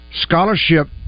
scholarship